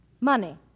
Money